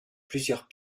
plusieurs